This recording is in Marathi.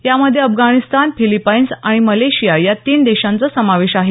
यामध्ये अफगाणिस्तान फिलिपाईन्स आणि मलेशिया या तीन देशांचा समावेश आहे